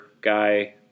guy